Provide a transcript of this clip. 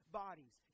bodies